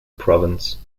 province